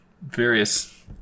various